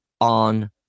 on